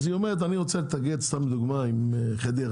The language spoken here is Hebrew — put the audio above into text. אז היא אומרת אני רוצה להתאגד סתם דוגמא עם חדרה,